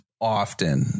often